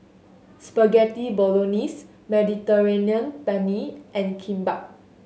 Spaghetti Bolognese Mediterranean Penne and Kimbap